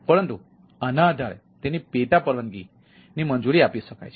પરંતુ આના આધારે તેની પેટા પરવાનગીની મંજૂરી આપી શકાય છે